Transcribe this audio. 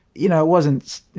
you know it wasn't you